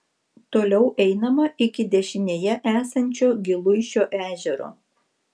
toliau einama iki dešinėje esančio giluišio ežero